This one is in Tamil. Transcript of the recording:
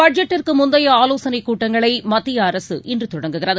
பட்ஜெட்டுக்கு முந்தைய ஆலோசனை கூட்டங்களை மத்திய அரசு இன்று தொடங்குகிறது